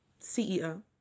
CEO